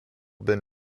been